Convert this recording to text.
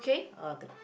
okay